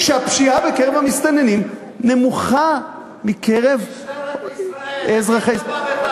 שהפשיעה בקרב המסתננים נמוכה מבקרב אזרחי ישראל.